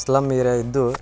slum area ಇದು